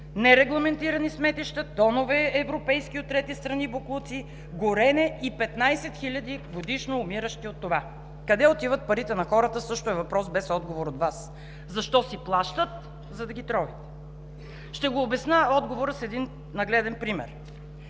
КОРНЕЛИЯ НИНОВА: …тонове европейски – от трети страни, боклуци, горене и 15 хиляди годишно умиращи от това. Къде отиват парите на хората – също е въпрос без отговор от Вас. Защо си плащат? За да ги тровят. Ще обясня отговора с един нагледен пример.